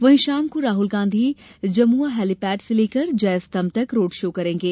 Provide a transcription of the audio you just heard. वहीं शाम को राहल गांधी जमुआ हेलीपैड से लेकर जय स्तम्भ तक रोड शो करेंगे